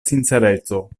sincereco